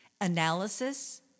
analysis